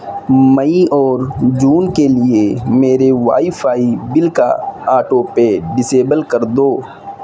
مئی اور جون کے لیے میرے وائی فائی بل کا آٹو پے ڈسیبل کر دو